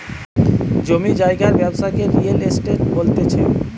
জমি জায়গার ব্যবসাকে রিয়েল এস্টেট বলতিছে